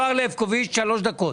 זהר לבקוביץ, שלוש דקות.